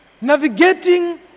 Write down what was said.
navigating